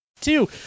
Two